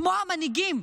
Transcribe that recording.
כמו המנהיגים,